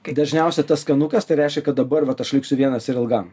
kai dažniausiai tas skanukas tai reiškia kad dabar vat aš liksiu vienas ir ilgam